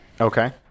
Okay